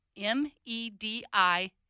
M-E-D-I